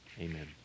amen